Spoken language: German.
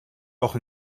auch